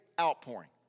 outpouring